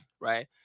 right